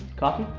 coffee?